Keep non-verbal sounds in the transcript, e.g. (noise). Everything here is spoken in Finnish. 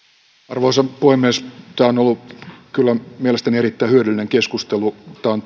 arvoisa puhemies tämä on ollut kyllä mielestäni erittäin hyödyllinen keskustelu tämä on (unintelligible)